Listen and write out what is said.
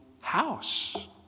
house